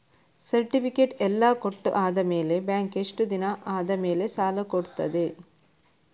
Certificate ಎಲ್ಲಾ ಕೊಟ್ಟು ಆದಮೇಲೆ ಬ್ಯಾಂಕ್ ಎಷ್ಟು ದಿನ ಆದಮೇಲೆ ಸಾಲ ಕೊಡ್ತದೆ?